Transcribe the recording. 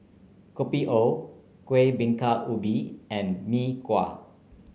Kopi O Kueh Bingka Ubi and Mee Kuah